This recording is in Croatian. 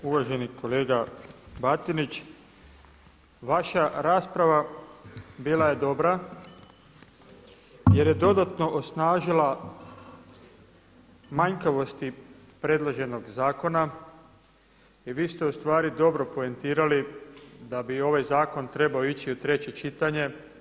Uvaženi kolega Batinić, vaša rasprava bila je dobra jer je dodatno osnažila manjkavosti predloženog zakona i vi ste dobro poentirali da bi ovaj zakon trebao ići u treće čitanje.